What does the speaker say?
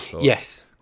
yes